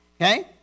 Okay